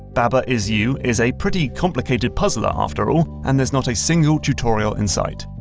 baba is you is a pretty complicated puzzler, after all, and there's not a single tutorial in sight.